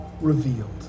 revealed